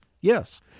yes